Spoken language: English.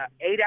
eight